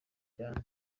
cyane